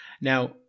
Now